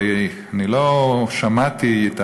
ואני לא שמעתי,